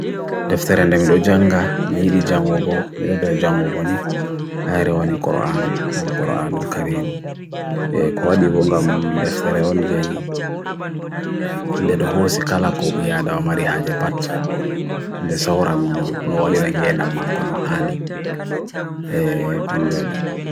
Deftere na mido janga, mili jango go, mido do jango koni, aere oni korohan, al korohan ul kareem. E kawadi wongam deftere on jai, dhe dhoosikala ko biyada omari hajepat, dhe sora mono, no oli rangye nama kono hani, kanjwadi.